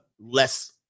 less